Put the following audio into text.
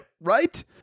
right